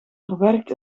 verwerkt